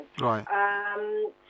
Right